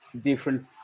different